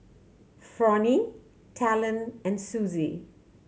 Fronnie Talon and Suzie